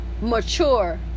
mature